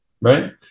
right